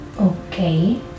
Okay